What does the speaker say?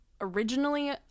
originally